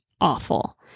awful